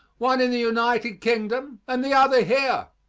one in the united kingdom, and the other here.